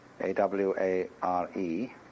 A-W-A-R-E